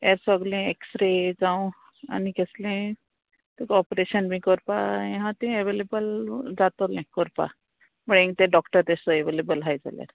हे सोगले एक्सरे जावं आनी कसले तुका ऑपरेशन बी करपा हे आहा ते एवेलेबल जातोले करपा म्हळे ते डॉक्टर तेसो एवेलेबल आहाय जाल्यार